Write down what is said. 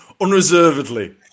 unreservedly